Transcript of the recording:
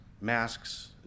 masks